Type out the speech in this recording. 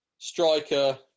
Striker